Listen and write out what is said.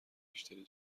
بیشتری